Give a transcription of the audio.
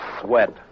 sweat